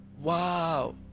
wow